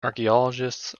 archaeologists